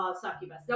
succubus